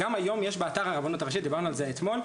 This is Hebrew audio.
גם היום יש באתר הרבנות הראשית דיברנו על זה אתמול,